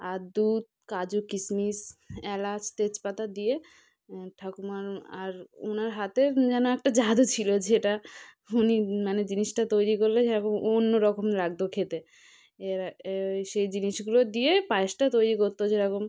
আর দুধ কাজু কিসমিস এলাচ তেজপাতা দিয়ে ঠাকুমা আর ওনার হাতে যেন একটা জাদু ছিল যেটা উনি মানে জিনিসটা তৈরী করলে সেরকম অন্যরকম লাগতো খেতে এবার সেই জিনিসগুলো দিয়ে পায়েসটা তৈরি করত যেরকম